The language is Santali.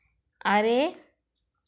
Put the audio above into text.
ᱟᱨᱮ